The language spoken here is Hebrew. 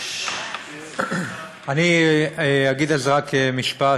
אני אגיד על זה רק משפט,